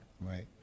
right